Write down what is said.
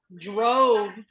drove